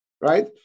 right